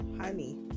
honey